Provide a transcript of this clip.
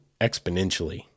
exponentially